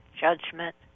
judgment